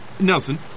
Nelson